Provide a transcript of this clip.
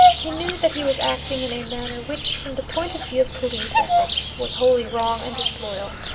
he knew that he was acting in a manner which, from the point of view of police ethics, was wholly wrong and disloyal.